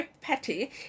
petty